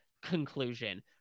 conclusion